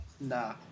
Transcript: Nah